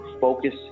focus